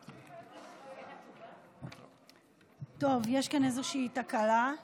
תוותרי על התשובה, יש כאן איזושהי תקלה.